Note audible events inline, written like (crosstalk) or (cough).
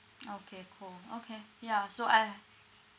(noise) okay cool okay yeah so I